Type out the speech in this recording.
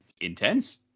intense